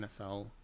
NFL